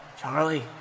Charlie